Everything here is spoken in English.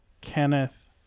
Kenneth